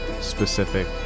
specific